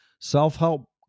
self-help